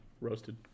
roasted